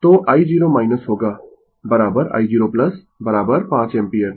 तो i0 होगा i0 5 ampere